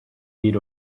read